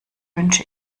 wünsche